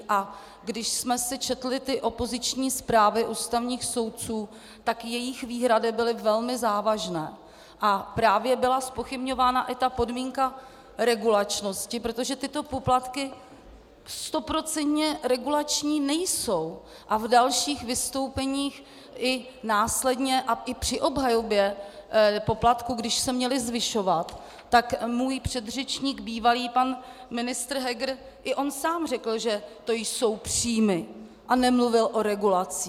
A když jsme si četli opoziční zprávy ústavních soudců, tak jejich výhrady byly velmi závažné a právě byla zpochybňována i ta podmínka regulačnosti, protože tyto poplatky stoprocentně regulační nejsou a v dalších vystoupeních i následně a i při obhajobě poplatků, když se měly zvyšovat, tak můj předřečník bývalý pan ministr Heger sám řekl, že to jsou příjmy, a nemluvil o regulacích.